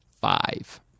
Five